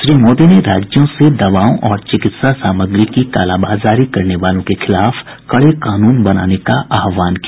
श्री मोदी ने राज्यों से दवाओं और चिकित्सा सामग्री की कालाबाजारी करने वालों के खिलाफ कड़े कानून बनाने का आह्वान किया